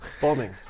bombing